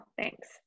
thanks